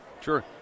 sure